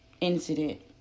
incident